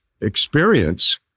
experience